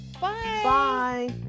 bye